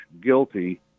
guilty